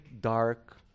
dark